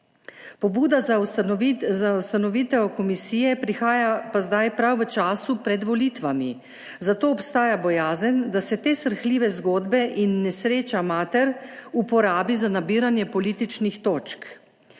Pobuda za ustanovitev komisije prihaja zdaj prav v času pred volitvami, zato obstaja bojazen, da se te srhljive zgodbe in nesreča mater uporabi za nabiranje političnih točk.